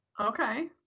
Okay